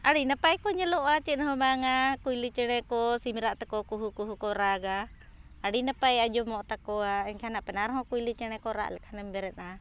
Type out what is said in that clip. ᱟᱹᱰᱤ ᱱᱟᱯᱟᱭ ᱠᱚ ᱧᱮᱞᱚᱜᱼᱟ ᱪᱮᱫ ᱦᱚᱸ ᱵᱟᱝᱟ ᱠᱩᱭᱞᱤ ᱪᱮᱬᱮ ᱠᱚ ᱥᱤᱢ ᱨᱟᱜ ᱛᱮᱠᱚ ᱠᱩᱦᱩ ᱠᱩᱦᱩ ᱠᱚ ᱨᱟᱜᱟ ᱟᱹᱰᱤ ᱱᱟᱯᱟᱭ ᱟᱸᱡᱚᱢᱚᱜ ᱛᱟᱠᱚᱣᱟ ᱮᱱᱠᱷᱟᱱ ᱟᱯᱱᱟᱨ ᱦᱚᱸ ᱠᱩᱭᱞᱤ ᱪᱮᱬᱮ ᱠᱚ ᱨᱟᱜ ᱞᱮᱠᱷᱟᱱᱮᱢ ᱵᱮᱨᱮᱫᱼᱟ